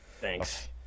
Thanks